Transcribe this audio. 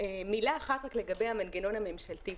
מילה אחת לגבי המנגנון הממשלתי.